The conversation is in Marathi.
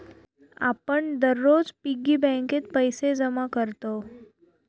आपण दररोज पिग्गी बँकेत पैसे जमा करतव